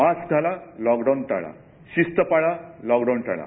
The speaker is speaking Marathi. मास्क घाला लॉकडाऊन टाळा शिस्त पाळा लॉकडाऊन टाळा